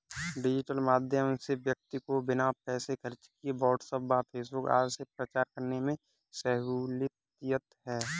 digital माध्यम से व्यक्ति को बिना पैसे खर्च किए व्हाट्सएप व फेसबुक आदि से प्रचार करने में सहूलियत है